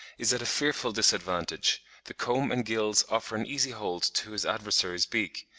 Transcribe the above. is at a fearful disadvantage the comb and gills offer an easy hold to his adversary's beak,